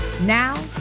Now